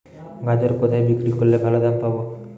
গাজর কোথায় বিক্রি করলে ভালো দাম পাব?